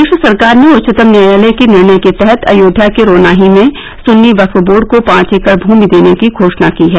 प्रदेश सरकार ने उच्चतम न्यायालय के निर्णय के तहत अयोध्या के रोनाही में सुन्नी वक्फ बोर्ड को पांच एकड़ भूमि देने की घोषणा की है